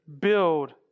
build